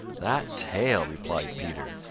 that tail, replied peter.